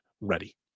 ready